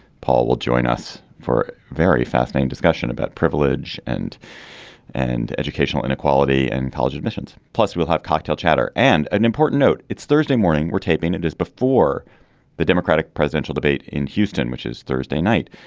paul will join us for a very fascinating discussion about privilege and and educational inequality and college admissions. plus we'll have cocktail chatter and an important note. it's thursday morning we're taping it is before the democratic presidential debate in houston which is thursday night.